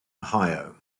ohio